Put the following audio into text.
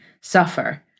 suffer